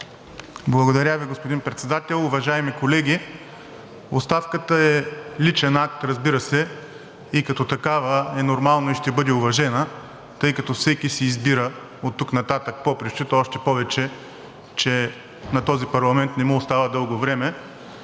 Благодаря Ви, господин Председател. Уважаеми колеги, оставката е личен акт, разбира се, и като такава е нормално и ще бъде уважена, тъй като всеки си избира от- тук нататък попрището, още повече че на този парламент не му остава дълго време.